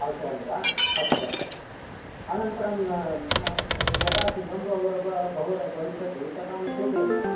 आवश्यकानि वा अस्तु अस्तु अनन्तरं यदा सिद्धं भविष्यति तदानीं सूचयन्तु